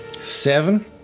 Seven